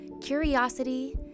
curiosity